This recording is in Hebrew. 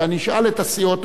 ואני אשאל את הסיעות,